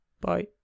Bye